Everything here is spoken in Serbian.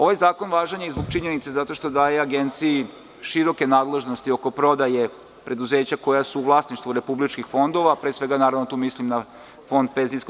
Ovaj zakon važan je zbog činjenice zato što daje Agenciji široke nadležnosti oko prodaje preduzeća koja su u vlasništvu republičkih fondova, pre svega, tu mislim na Fond PIO.